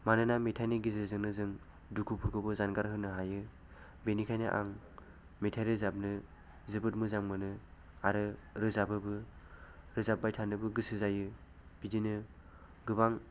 मानोना मेथायनि गेजेरजोंनो जों दुखुफोरखौबो जानगार होनो हायो बेनिखायनो आं मेथाय रोजाबनो जोबोद मोजां मोनो आरो रोजाबोबो रोजाबबाय थानोबो गोसो जायो बिदिनो गोबां